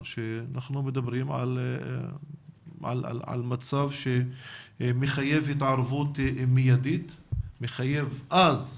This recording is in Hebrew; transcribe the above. שאנחנו מדברים על מצב שמחייב התערבות מיידית - חייב אז,